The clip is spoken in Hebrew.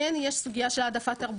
כן יש סוגיה של העדפה תרבותית,